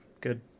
Good